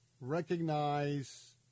recognize